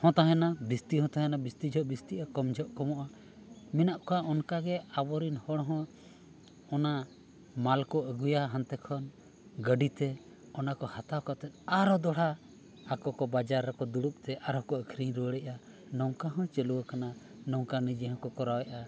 ᱦᱚᱸ ᱛᱟᱦᱮᱱᱟ ᱵᱤᱥᱛᱤ ᱦᱚᱸ ᱛᱟᱦᱮᱱᱟ ᱵᱤᱥᱛᱤ ᱡᱚᱦᱚᱜ ᱵᱤᱥᱛᱤᱜᱼᱟ ᱠᱚᱢ ᱡᱚᱦᱚᱜ ᱠᱚᱢᱚᱜᱼᱟ ᱢᱮᱱᱟᱜ ᱠᱚᱣᱟ ᱚᱱᱠᱟᱜᱮ ᱟᱵᱚᱨᱮᱱ ᱦᱚᱲᱦᱚᱸ ᱚᱱᱟ ᱢᱟᱞ ᱠᱚ ᱟᱹᱜᱩᱭᱟ ᱦᱟᱱᱛᱮ ᱠᱷᱚᱱ ᱜᱟᱹᱰᱤᱛᱮ ᱚᱱᱟ ᱠᱚ ᱦᱟᱛᱟᱣ ᱠᱟᱛᱮᱫ ᱟᱨᱦᱚᱸ ᱫᱚᱦᱲᱟ ᱟᱠᱚ ᱠᱚ ᱵᱟᱡᱟᱨ ᱨᱮᱠᱚ ᱫᱩᱲᱩᱵᱼᱛᱮ ᱟᱨ ᱦᱚᱸᱠᱚ ᱟᱹᱠᱷᱨᱤᱧ ᱨᱩᱣᱟᱹᱲᱮᱫᱼᱟ ᱱᱚᱝᱠᱟ ᱦᱚᱸ ᱪᱟᱹᱞᱩ ᱟᱠᱟᱱᱟ ᱱᱚᱝᱠᱟ ᱱᱤᱡᱮ ᱦᱚᱸᱠᱚ ᱠᱚᱨᱟᱣᱮᱫᱼᱟ